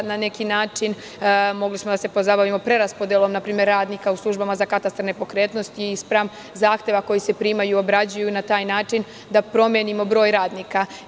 Na neki način mogli smo da se pozabavimo preraspodelom npr. radnika u službama za katastar nepokretnosti i spram zahteva koji se primaju i obrađuju na taj način da promenimo broj radnika.